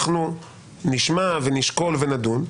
אנחנו נשמע ונשקול ונדון.